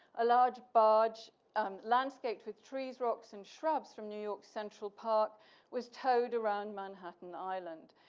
a large barge um landscaped with trees, rocks and shrubs from new york central park was towed around manhattan island.